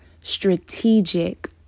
strategic